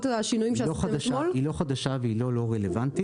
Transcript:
השינויים שעשינו אתמול -- היא לא חדשה והיא לא לא-רלוונטית,